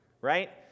right